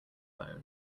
phone